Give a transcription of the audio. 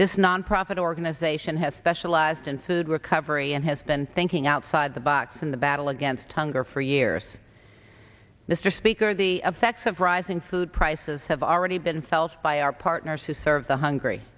this nonprofit organization has specialized in food recovery and has been thinking outside the box in the battle against hunger for years mr speaker the effects of rising food prices have already been felt by our partners who serve the hungry